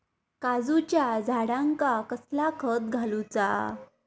काजूच्या झाडांका कसला खत घालूचा?